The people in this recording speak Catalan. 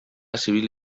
civil